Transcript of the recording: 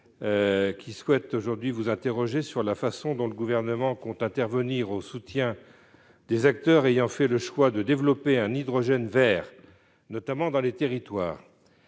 souhaite vous interroger sur la façon dont le Gouvernement compte intervenir au soutien des acteurs ayant fait le choix de développer un hydrogène vert, notamment dans les territoires.